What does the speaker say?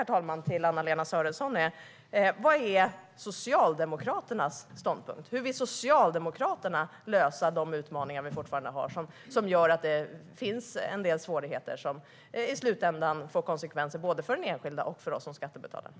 Min fråga till Anna-Lena Sörenson är: Vad är Socialdemokraternas ståndpunkt? Hur vill Socialdemokraterna lösa de utmaningar vi fortfarande har och som gör att det finns en del svårigheter som i slutändan får konsekvenser både för den enskilda och för oss som skattebetalare?